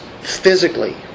physically